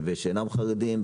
שאינם חרדים,